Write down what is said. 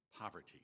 poverty